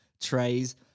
trays